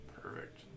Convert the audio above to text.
Perfect